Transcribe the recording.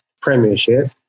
Premiership